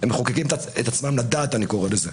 הם מחוקקים את עצמם לדעת אני קורא לזה.